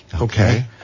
Okay